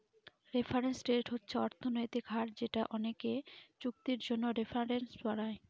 reference rate হচ্ছে অর্থনৈতিক হার যেটা অনেকে চুক্তির জন্য রেফারেন্স বানায়